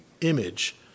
image